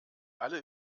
alle